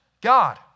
God